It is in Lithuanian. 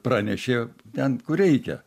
pranešė ten kur reikia